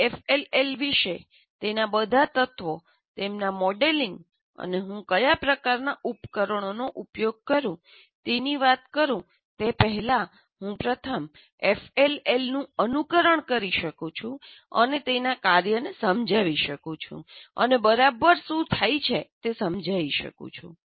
તે એફએલએલ વિશે તેના બધા તત્વો તેમના મોડેલિંગ અને હું કયા પ્રકારનાં ઉપકરણોનો ઉપયોગ કરું તેના વાત કરું તે પહેલાં હું પ્રથમ એફએલએલનું અનુકરણ કરી શકું છું અને તેના કાર્યને સમજાવી શકું છું અને બરાબર શું થાય છે તે સમજાવી શકું છું